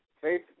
Faith